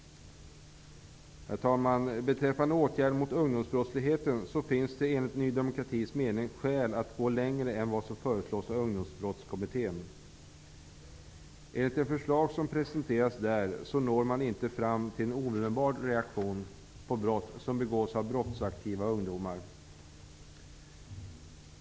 Herr talman! Beträffande åtgärder mot ungdomsbrottsligheten finns det enligt Ny demokratis mening skäl att gå längre än vad som föreslås av Ungdomsbrottskommittén. Enligt ett förslag som presenteras där når man inte fram till en omedelbar reaktion på brott som begås av brottsaktiva ungdomar.